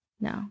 no